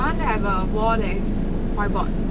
I want to have a wall that is whiteboard